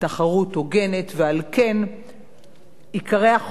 על כן עיקרי החוק מבטיחים הגנה